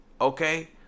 Okay